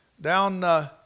down